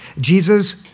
Jesus